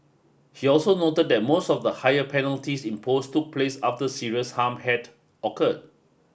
he also noted that most of the higher penalties imposed took place after serious harm had occurred